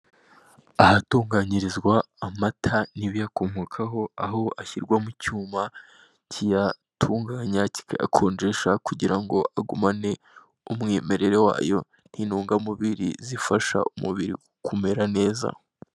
Ahatunganyirizwa amata n' ibiyakomokaho, aho ashyirwa mu cyuma kiyatunganya kikayakonjesha kugira ngo agumane umwimerere wayo n' intungamubiri zifasha umubiri kumera neza.